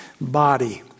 body